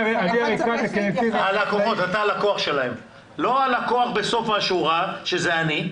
לא הלקוח בסוף השורה שזה אני,